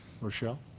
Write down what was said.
Rochelle